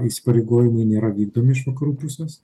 įsipareigojimai nėra vykdomi iš vakarų pusės